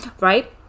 right